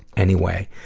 anyway,